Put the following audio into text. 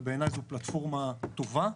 ובעיניי זו פלטפורמה טובה.